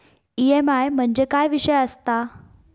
EMI म्हणजे काय विषय आसता?